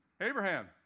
Abraham